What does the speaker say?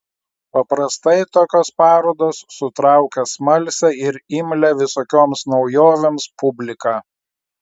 paprastai tokios parodos sutraukia smalsią ir imlią visokioms naujovėms publiką